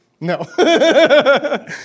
No